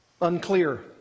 unclear